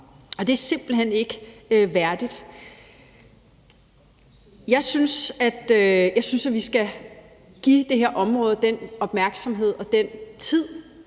og det er simpelt hen ikke værdigt. Jeg synes, at vi skal give det her område den opmærksomhed, den tid